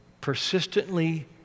persistently